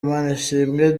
manishimwe